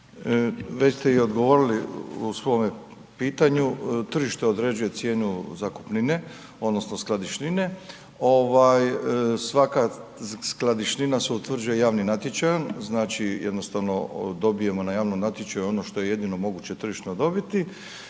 Već ste i odgovorili u svome pitanju. Tržište određuje cijenu zakupnine, odnosno skladišnine. Svaka skladišnina se utvrđuje javnim natječajem, znači jednostavno dobijemo na javnom natječaju ono što je jedino moguće tržišno dobiti.